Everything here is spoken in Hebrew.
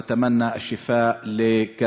).